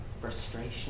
Frustration